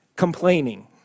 complaining